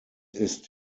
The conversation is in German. ist